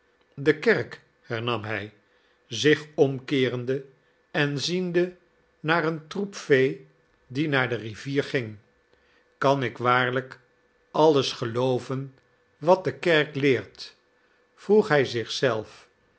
de kerk hernam hij zich omkeerende en ziende naar een troep vee die naar de rivier ging kan ik waarlijk alles gelooven wat de kerk leert vroeg hij